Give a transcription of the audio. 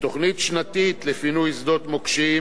ותוכנית שנתית לפינוי שדות מוקשים,